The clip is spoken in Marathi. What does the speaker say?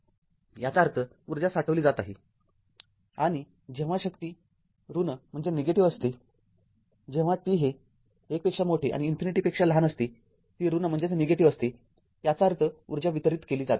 याचा अर्थ ऊर्जा साठवली जात आहे आणि जव्हा शक्ती ऋण असते जेव्हा t हे १ पेक्षा मोठे आणि इन्फिनिटी पेक्षा लहान असते ती ऋण असते याचा अर्थ ऊर्जा वितरीत केली जात आहे